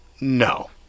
no